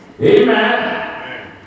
amen